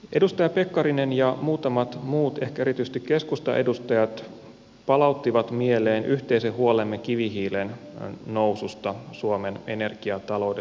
edustaja pekkarinen ja muutamat muut ehkä erityisesti keskustan edustajat palauttivat mieleen yhteisen huolemme kivihiilen noususta suomen energiataloudessa